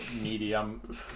medium